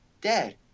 dad